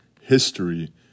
history